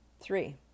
Three